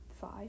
five